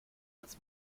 als